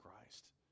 Christ